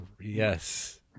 yes